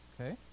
Okay